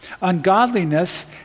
Ungodliness